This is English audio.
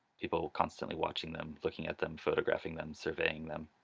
people constantly watching them, looking at them, photographing them, surveying them,